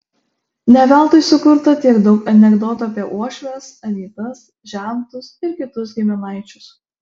ne veltui sukurta tiek daug anekdotų apie uošves anytas žentus ir kitus giminaičius